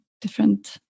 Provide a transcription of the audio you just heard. different